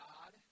God